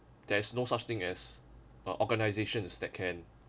there is no such thing as by organisations that can